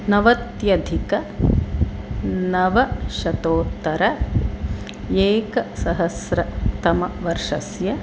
नवत्यधिकनवशतोत्तरेकसहस्रतमवर्षस्य